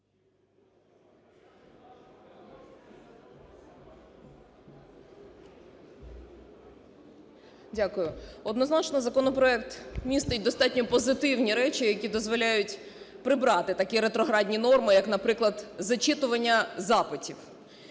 Дякую. Однозначно, законопроект містить достатньо позитивні речі, які дозволяють прибрати такі ретроградні норми як, наприклад, зачитування запитів.